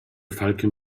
falcon